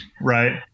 right